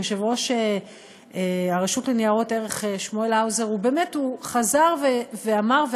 יושב-ראש הרשות לניירות ערך שמואל האוזר באמת חזר ואמר,